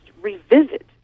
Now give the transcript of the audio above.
revisit